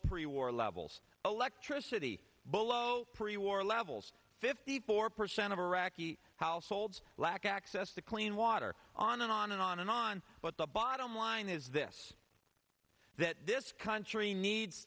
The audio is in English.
pre war levels electricity below pre war levels fifty four percent of iraqi households lack access to clean water on and on and on and on but the bottom line is this that this country needs